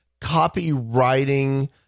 copywriting